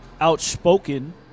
outspoken